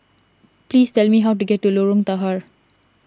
please tell me how to get to Lorong Tahar